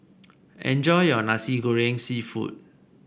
enjoy your Nasi Goreng seafood